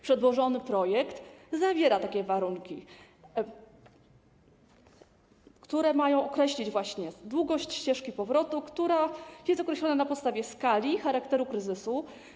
Przedłożony projekt zawiera takie warunki, które mają określić właśnie długość ścieżki powrotu, która jest określona na podstawie skali, charakteru kryzysu.